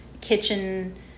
kitchen